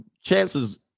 chances